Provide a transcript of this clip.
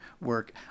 work